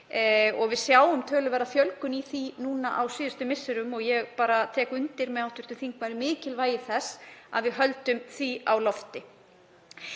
Við sjáum töluverða fjölgun í því núna á síðustu misserum og ég tek undir með hv. þingmanni um mikilvægi þess að við höldum því á lofti.